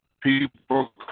people